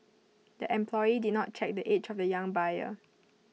the employee did not check the age of the young buyer